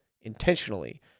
intentionally